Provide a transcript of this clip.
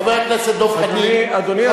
חבר הכנסת דב חנין,